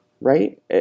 right